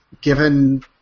given